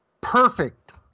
perfect